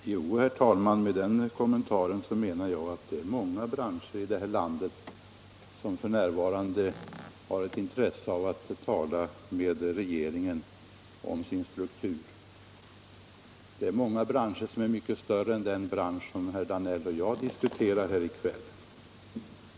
gens ekonomiska Herr talman! Med den kommentaren menar jag att det är många bran — förhållanden scher här i landet som f. n. har ett intresse av att få tala med regeringen om sin struktur — många branscher som är mycket större än den bransch herr Danell och jag diskuterar här i kväll.